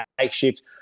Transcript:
makeshift